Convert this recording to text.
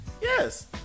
yes